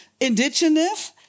Indigenous